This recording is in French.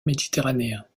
méditerranéen